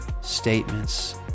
statements